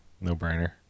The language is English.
no-brainer